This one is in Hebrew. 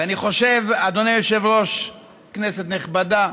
ואני חושב, אדוני היושב-ראש, כנסת נכבדה,